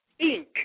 Inc